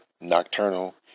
nocturnal